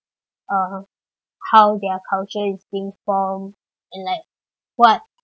uh how their culture is being formed and like what